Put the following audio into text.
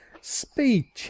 Speed